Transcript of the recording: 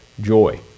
joy